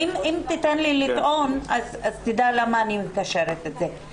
אם תיתן לי לטעון, תראה למה אני מקשרת את זה.